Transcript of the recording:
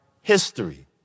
history